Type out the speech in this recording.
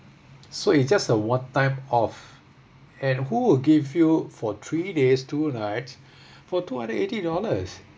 so it's just a one time off and who will give you for three days two night for two hundred eighty dollars